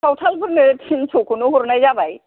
सावथालफोरनो थिनस'खौनो हरनाय जाबाय